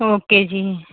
okay ਜੀ